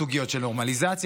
סוגיות של נורמליזציה.